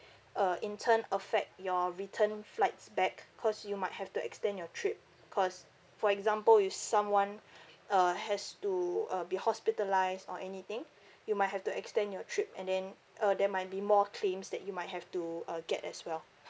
uh in term affect your return flights back because you might have to extend your trip because for example if someone uh has to uh be hospitalized or anything you might have to extend your trip and then uh there might be more claims that you might have to uh get as well